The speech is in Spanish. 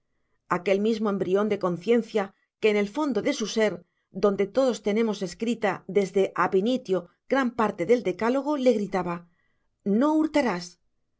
a buena parte aquel mismo embrión de conciencia que en el fondo de su ser donde todos tenemos escrita desde ab initio gran parte del decálogo le gritaba no hurtarás